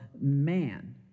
man